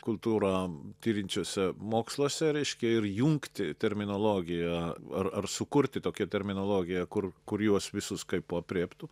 kultūra tiriančiuose moksluose reiškia ir jungti terminologiją ar ar sukurti tokią terminologiją kur kur juos visus kaipo aprėptų